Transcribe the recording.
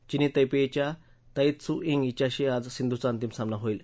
चीनी तैपेईच्या Tai Tzu Ying हिच्याशी आज सिंधूचा अंतिम सामना होईल